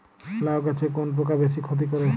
লাউ গাছে কোন পোকা বেশি ক্ষতি করে?